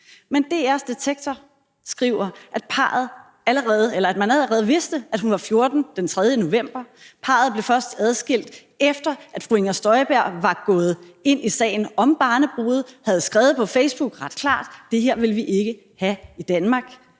Men DR's Detektor skriver, at man allerede den 3. november vidste, at hun var 14 år, og parret blev først adskilt, efter at fru Inger Støjberg var gået ind i sagen om barnebrude og havde skrevet ret klart på Facebook: Det her vil vi ikke have i Danmark.